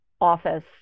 office